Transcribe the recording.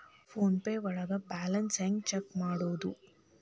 Phone pay ಒಳಗ balance ಹೆಂಗ್ check ಮಾಡುವುದು?